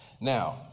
Now